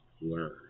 learn